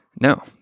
No